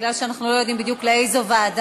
בגלל שאנחנו לא יודעים בדיוק לאיזה ועדה.